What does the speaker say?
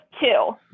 two